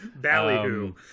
Ballyhoo